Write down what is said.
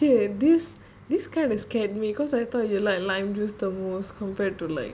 !wah! shit this this kind of scared me cause I thought you liked lime juice the most compared to like